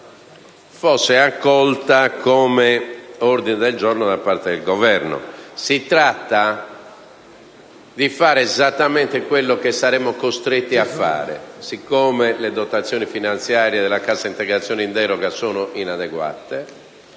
fosse accolta dal Governo come ordine del giorno. Si tratta di fare esattamente quello che saremo costretti a compiere. Siccome le dotazioni finanziarie della cassa integrazione in deroga sono inadeguate,